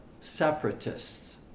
separatists